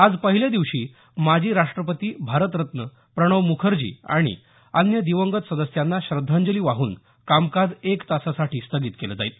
आज पहिल्या दिवशी माजी राष्ट्रपती भारतरत्न प्रणव मुखर्जी आणि अन्य दिवंगत सदस्यांना श्रद्धांजली वाहून कामकाज एक तासासाठी स्थगित केलं जाईल